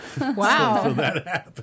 wow